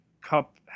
Cup